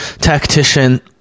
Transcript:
tactician